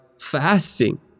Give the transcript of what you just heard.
fasting